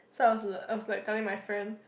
so I was I was like telling my friend